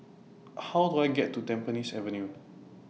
How Do I get to Tampines Avenue